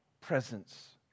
presence